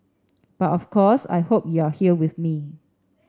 but of course I hope you're here with me